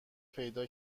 پیدا